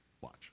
Watch